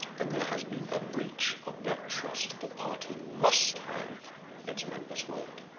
then there has been a breach of that trust the party must have its members word.